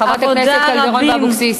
חברות הכנסת קלדרון ואבקסיס.